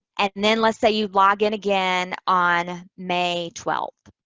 and then let's say you log in again on may twelfth.